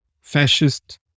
fascist